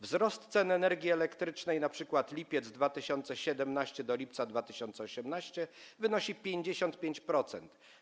Wzrost cen energii elektrycznej w okresie np. od lipca 2017 r. do lipca 2018 r. wynosi 55%.